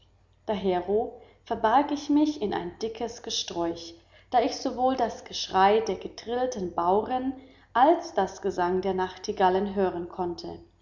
dahero verbarg ich mich in ein dickes gesträuch da ich sowohl das geschrei der getrillten bauren als das gesang der nachtigallen hören konnte